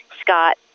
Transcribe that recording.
Scott